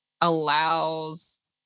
allows